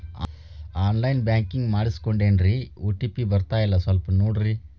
on line banking ಮಾಡಿಸ್ಕೊಂಡೇನ್ರಿ ಓ.ಟಿ.ಪಿ ಬರ್ತಾಯಿಲ್ಲ ಸ್ವಲ್ಪ ನೋಡ್ರಿ